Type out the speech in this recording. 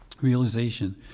Realization